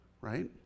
right